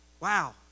wow